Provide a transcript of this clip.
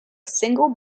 single